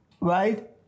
right